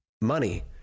money